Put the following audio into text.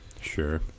Sure